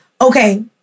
okay